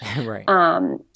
Right